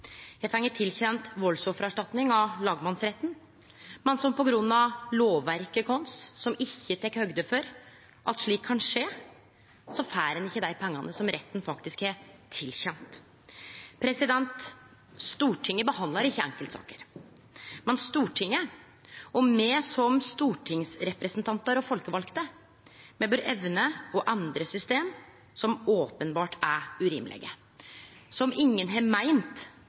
har enda med ein dom til ugunst for tiltalte etter 17 års kamp, dei er tilkjende valdsoffererstatning av lagmannsretten, men på grunn av lovverket vårt, som ikkje tek høgde for at slikt kan skje, får dei ikkje dei pengane som retten faktisk har tilkjent dei. Stortinget behandlar ikkje einskildsaker, men Stortinget og me som stortingsrepresentantar og folkevalde bør evne å endre system som openbert er urimelege, som ingen